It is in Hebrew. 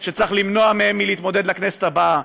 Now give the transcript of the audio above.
שצריך למנוע מהם להיכנס לכנסת הבאה,